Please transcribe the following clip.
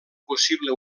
possible